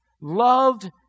loved